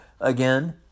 again